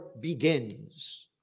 begins